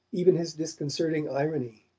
even his disconcerting irony